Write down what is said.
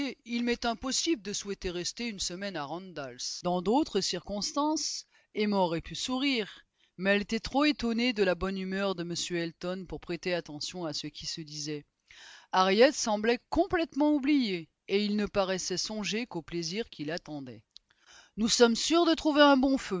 il m'est impossible de souhaiter rester une semaine à randalls dans d'autres circonstances emma aurait pu sourire mais elle était trop étonnée de la bonne humeur de m elton pour prêter attention à ce qui se disait harriet semblait complètement oubliée et il ne paraissait songer qu'au plaisir qui l'attendait nous sommes sûrs de trouver un bon feu